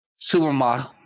Supermodel